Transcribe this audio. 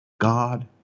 God